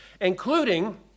including